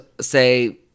say